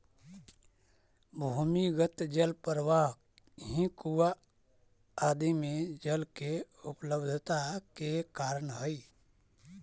भूमिगत जल प्रवाह ही कुआँ आदि में जल के उपलब्धता के कारण हई